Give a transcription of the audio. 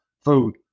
food